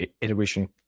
iteration